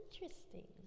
interesting